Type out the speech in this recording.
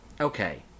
Okay